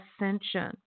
ascension